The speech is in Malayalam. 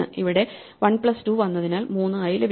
ഇവിടെ1 പ്ലസ് 2 വന്നതിനാൽ 3 ആയി ലഭിച്ചു